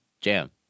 jam